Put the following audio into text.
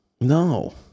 no